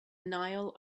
nile